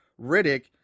Riddick